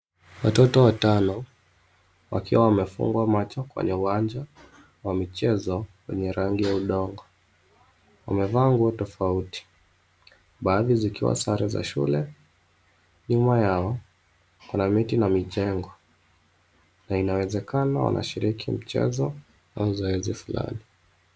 Watoto watano wakiwa wamefungwa macho kwenye uwanja wa michezo wenye rangi ya udongo. Wamevaa nguo tofauti, baadhi zikiwa sare za shule. Nyuma yao kuna miti na mijengo na inawezekano wanashiriki mchezo au zoezi fulani.